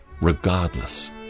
regardless